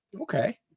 Okay